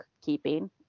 keeping